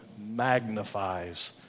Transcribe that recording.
Magnifies